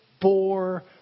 bore